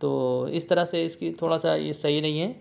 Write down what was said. تو اس طرح سے اس کی تھوڑا سا یہ صحیح نہیں ہے